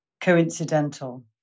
coincidental